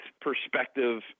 perspective